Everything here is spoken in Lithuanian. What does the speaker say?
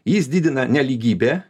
jis didina nelygybę